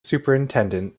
superintendent